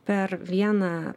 per vieną